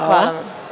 Hvala.